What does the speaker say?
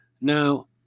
Now